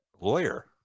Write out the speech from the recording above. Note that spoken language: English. lawyer